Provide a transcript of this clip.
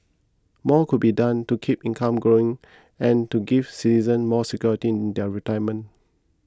more could be done to keep income growing and to give citizen more security in their retirement